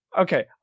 Okay